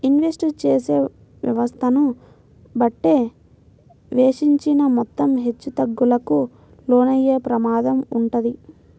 invest చేసే వ్యవస్థను బట్టే వెచ్చించిన మొత్తం హెచ్చుతగ్గులకు లోనయ్యే ప్రమాదం వుంటది